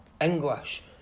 English